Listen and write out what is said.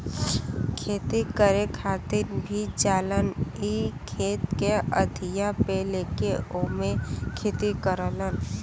खेती करे खातिर भी जालन इ खेत के अधिया पे लेके ओमे खेती करलन